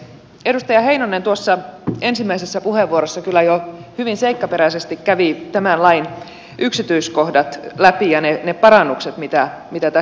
edustaja heinonen tuossa ensimmäisessä puheenvuorossaan kyllä jo hyvin seikkaperäisesti kävi tämän lain yksityiskohdat läpi ja ne parannukset mitä tässä ollaan tehty